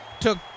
took